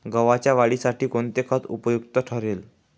गव्हाच्या वाढीसाठी कोणते खत उपयुक्त ठरेल?